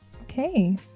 Okay